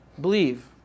believe